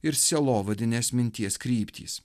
ir sielovadinės minties kryptys